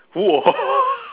!wah!